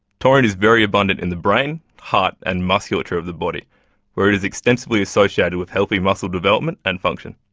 taurine is very abundant in the brain, heart and musculature of the body where it is extensively associated with healthy muscle development and function.